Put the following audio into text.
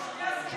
סלקטיבית.